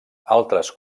altres